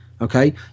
Okay